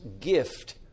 gift